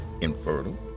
infertile